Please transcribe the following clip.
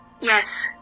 Yes